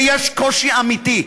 ויש קושי אמיתי,